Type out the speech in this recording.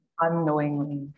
unknowingly